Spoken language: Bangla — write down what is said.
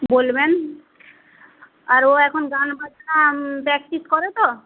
বলবেন আর ও এখন গানবাজনা প্র্যাকটিস করে তো